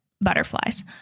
butterflies